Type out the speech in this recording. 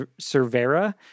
Cervera